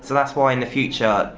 that's why, in the future,